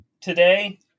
today